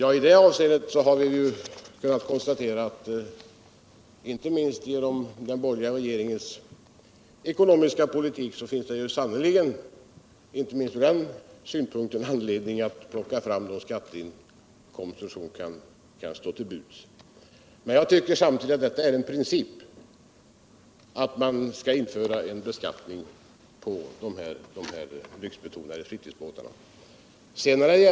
I det avseendet har vi kunnat konstatera att det, inte minst genom den borgerliga regeringens politik, sannerligen finns anledning att plocka fram de skatteinkomster som kan stå tll buds. Men jag tycker samtidigt att det är en principfråga och att man bör införa en beskattning på de lyxbetonade fritidsbåtarna.